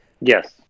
Yes